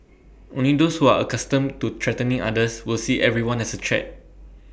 only those who are accustomed to threatening others will see everyone as A threat